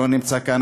שלא נמצא כאן,